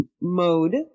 mode